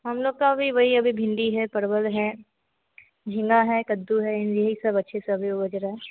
हमलोग का भी वही अभी भिन्डी है परवल है झींगा है कद्दू है यही सब अच्छी सब्ज़ी है